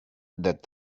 that